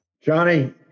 Johnny